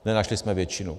Nenašli jsme většinu.